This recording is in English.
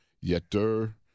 Yetter